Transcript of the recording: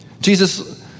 Jesus